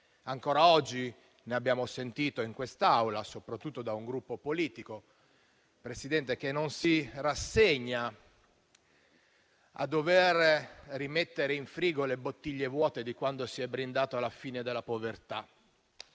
Ancora oggi ne abbiamo sentito in quest'Aula, soprattutto da parte di un Gruppo politico, Presidente, che non si rassegna a dover rimettere in frigo le bottiglie vuote di quando si è brindato alla fine della povertà